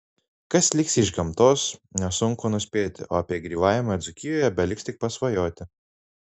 kas liks iš gamtos nesunku nuspėti o apie grybavimą dzūkijoje beliks tik pasvajoti